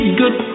good